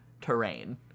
terrain